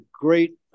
great